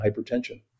hypertension